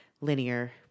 linear